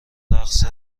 رقص